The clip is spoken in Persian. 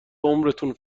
عمرتون